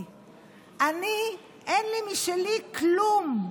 אני, אין לי משלי כלום,